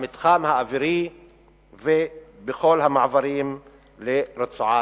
במתחם האווירי ובכל המעברים לרצועת-עזה.